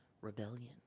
Rebellion